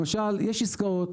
למשל, יש עסקאות